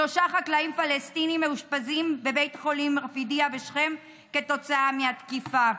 שלושה חקלאים פלסטינים מאושפזים בבית חולים רפידיה בשכם כתוצאה מהתקיפה.